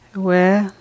aware